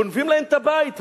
גונבים להם את הבית.